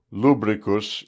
lubricus